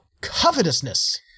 covetousness